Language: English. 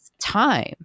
time